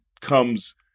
comes